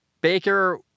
Baker